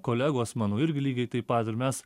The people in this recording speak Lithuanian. kolegos mano irgi lygiai taip pat ir mes